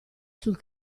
sul